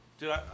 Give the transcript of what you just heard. Dude